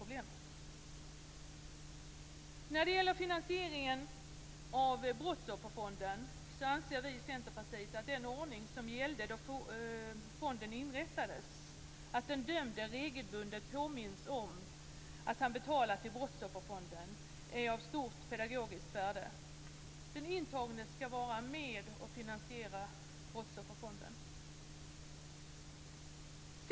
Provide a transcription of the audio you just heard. Sedan är det frågan om finansieringen av Brottsofferfonden. Den intagne skall vara med och finansiera Brottsofferfonden.